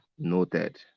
noted